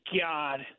god